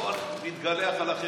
בוא נתגלח על אחרים.